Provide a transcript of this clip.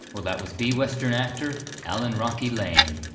well that was b-western actor allan rocky lane,